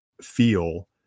feel